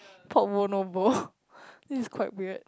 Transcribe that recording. pork bowl no bowl this is quite weird